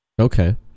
Okay